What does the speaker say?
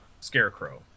Scarecrow